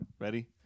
ready